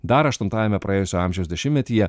dar aštuntajame praėjusio amžiaus dešimtmetyje